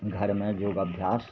घरमे योग अभ्यास